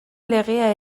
legea